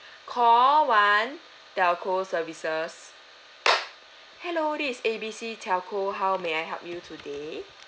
call one telco services hello this is A B C telco how may I help you today